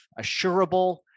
assurable